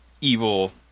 evil